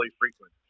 frequent